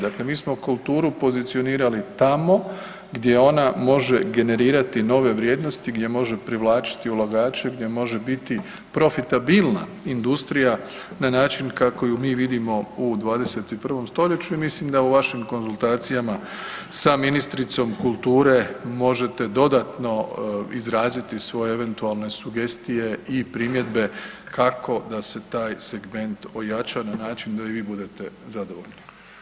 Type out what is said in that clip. Dakle, mi smo kulturu pozicionirali tamo gdje ona može generirati nove vrijednosti, gdje može privlačiti ulagače, gdje može biti profitabilna industrija na način kako je ju mi vidimo u 21. stoljeću i mislim da u vašim konzultacijama sa ministricom kulture možete dodatno izraziti svoje eventualne sugestije i primjedbe kako da se taj segment ojača na način da i vi budete zadovoljni.